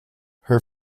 her